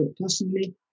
personally